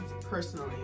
personally